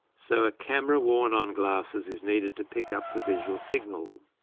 so a camera worn on glasses is needed to pick up the visual signal.